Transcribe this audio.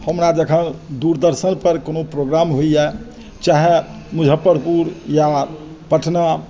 हमरा जखन दूरदर्शन पर कोनो प्रोग्राम होइया चाहे मुजफ्फरपुर या पटना